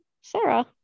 Sarah